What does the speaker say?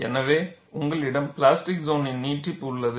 எனவே உங்களிடம் பிளாஸ்டிக் சோனின் நீட்டிப்பு உள்ளது